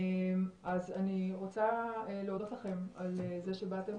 אני רוצה להודות לכם על זה שבאתם,